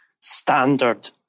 standard